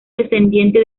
descendiente